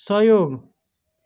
सहयोग